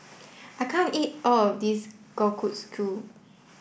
I can't eat all of this Kalguksu